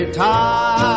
time